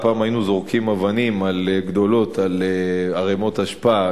פעם היינו זורקים אבנים גדולות על ערימות אשפה,